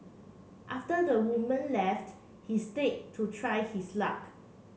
after the woman left he stayed to try his luck